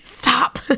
Stop